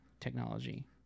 technology